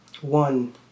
One